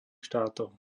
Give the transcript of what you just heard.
štátov